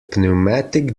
pneumatic